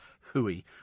hooey